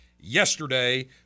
yesterday